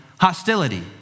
hostility